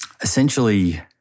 Essentially